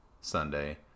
Sunday